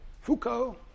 Foucault